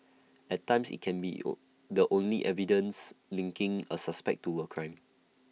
at times IT can be all the only evidence linking A suspect to A crime